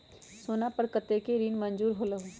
सोना पर कतेक पैसा ऋण मंजूर होलहु?